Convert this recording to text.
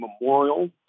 memorial